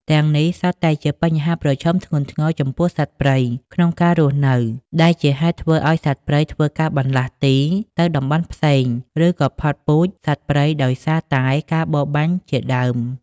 ទាំំងនេះសុទ្ធតែជាបញ្ហាប្រឈមធ្ងន់ធ្ងរចំពោះសត្វព្រៃក្នុងរស់នៅដែលជាហេតុធ្វើឲ្យសត្វព្រៃធ្វើការបន្លាស់ទីទៅតំបន់ផ្សេងឬក៏ផុតពូជសត្វព្រៃដោយសារតែការបរបាញ់ជាដើម។